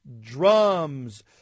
drums